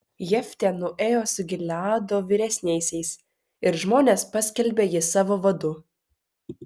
jeftė nuėjo su gileado vyresniaisiais ir žmonės paskelbė jį savo vadu